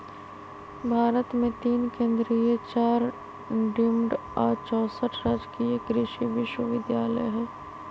भारत मे तीन केन्द्रीय चार डिम्ड आ चौसठ राजकीय कृषि विश्वविद्यालय हई